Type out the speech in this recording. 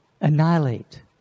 annihilate